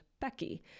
becky